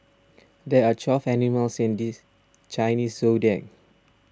there are twelve animals in this Chinese zodiac